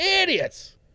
Idiots